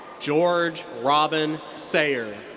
george robin sayre.